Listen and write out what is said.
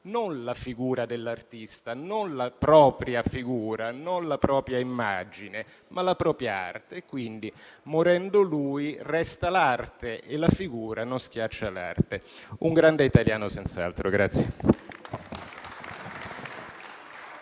non la figura dell'artista, non la propria figura, non la propria immagine, ma la propria arte. Quindi morendo lui, resta l'arte e la figura non schiaccia l'arte. Un grande italiano senz'altro.